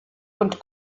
und